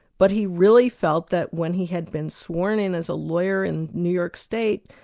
but he really felt that when he had been sworn in as a lawyer in new york state,